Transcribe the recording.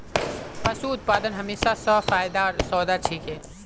पशू उत्पादन हमेशा स फायदार सौदा छिके